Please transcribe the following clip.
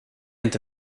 inte